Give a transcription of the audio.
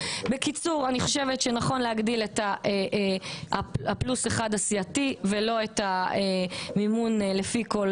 אני חושבת שנכון להגדיל את הפלוס 1 הסיעתי ולא את המימון לפי כל